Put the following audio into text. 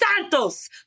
Santos